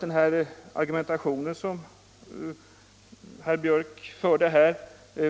Den argumentation som herr Björck för